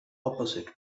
opposite